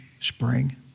spring